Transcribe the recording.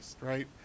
right